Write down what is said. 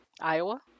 Iowa